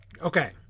Okay